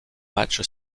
match